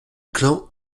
clan